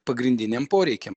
pagrindiniam poreikiam